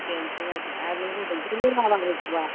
बेनोथ' जादों आरो नों गुदुंखौ लोङाबानो ग'वा